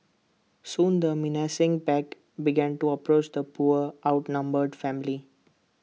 soon the menacing pack began to approach the poor outnumbered family